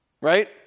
right